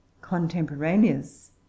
contemporaneous